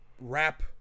rap